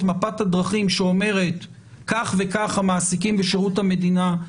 מפת הדרכים שאומרת כך וכך המעסיקים בשירות המדינה.